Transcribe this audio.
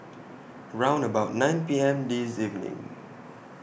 round about nine P M This evening